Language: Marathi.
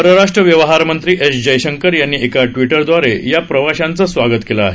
परराष्ट्र व्यवहार मंत्री एस जयशंकर यांनी एका ट्विटव्दारे या प्रवाशांचं स्वागत केलंआहे